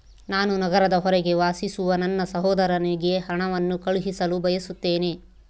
ನಾನು ನಗರದ ಹೊರಗೆ ವಾಸಿಸುವ ನನ್ನ ಸಹೋದರನಿಗೆ ಹಣವನ್ನು ಕಳುಹಿಸಲು ಬಯಸುತ್ತೇನೆ